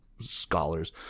Scholars